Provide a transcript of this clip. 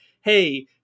hey